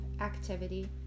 activity